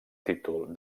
títol